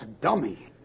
Dummy